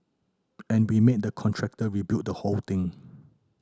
and we made the contractor rebuild the whole thing